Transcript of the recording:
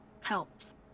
helps